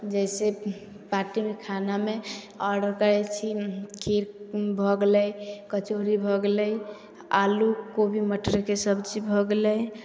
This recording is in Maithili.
जइसे पार्टीमे खानामे ऑडर करै छी खीर भऽ गेलै कचौड़ी भऽ गेलै आलू कोबी मटरके सबजी भऽ गेलै